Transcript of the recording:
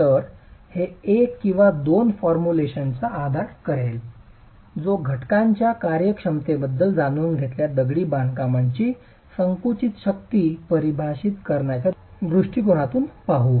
तर हे एक किंवा दोन फॉर्म्युलेशनचा आधार तयार करेल जो घटकांच्या कार्यक्षमतेबद्दल जाणून घेतलेल्या दगडी बांधकामाची संकुचित शक्ती परिभाषित करण्याच्या दृष्टीकोनातून पाहू